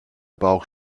bauch